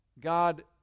God